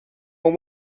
were